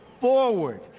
forward